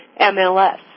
MLS